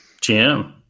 GM